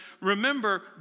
remember